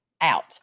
out